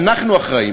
אנחנו אחראים,